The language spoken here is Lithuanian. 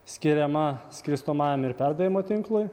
skiriama skirstomajam ir perdavimo tinklui